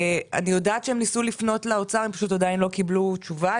יודעת שהם ניסו לפנות לאוצר אבל עדיין לא קיבלו תשובה.